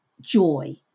joy